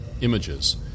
images